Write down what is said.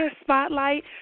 spotlight